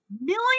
million